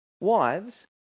Wives